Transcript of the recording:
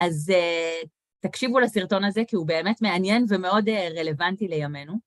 אז תקשיבו לסרטון הזה כי הוא באמת מעניין ומאוד רלוונטי לימינו.